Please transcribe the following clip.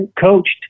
coached